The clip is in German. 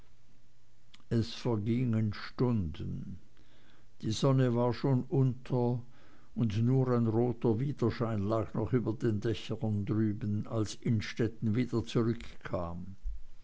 es vergingen stunden die sonne war schon unter und nur ein roter widerschein lag noch über den dächern drüben als innstetten wieder zurückkam